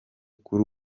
kuri